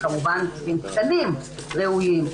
כמובן עם תקנים ראויים,